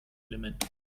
element